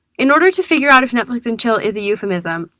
in order to figure out if netflix and chill is a euphemism,